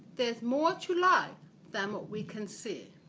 there's more to light than what we can see.